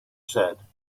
said